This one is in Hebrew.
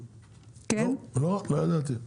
לא ידעתי.